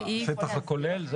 השטח הכולל?